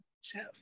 chef